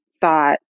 thought